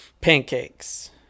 Pancakes